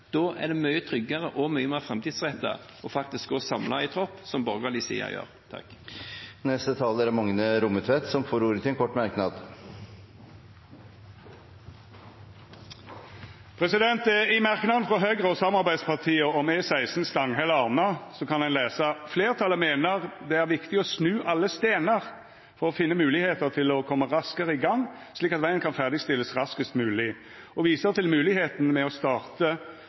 Da er det mye tryggere og mye mer framtidsrettet faktisk å gå i samlet tropp, slik borgerlig side gjør. Representanten Magne Rommetveit har hatt ordet to ganger tidligere og får ordet til en kort merknad, begrenset til 1 minutt. I merknaden frå Høgre og samarbeidspartia om E16 Stanghelle–Arna kan ein lesa: «Flertallet mener at det er viktig å snu alle stener for å finne muligheter til å komme raskere i gang, slik at veien kan ferdigstilles raskest mulig, og viser til muligheten med å starte